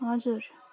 हजुर